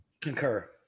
Concur